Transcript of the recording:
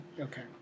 okay